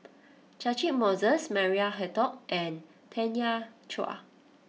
Catchick Moses Maria Hertogh and Tanya Chua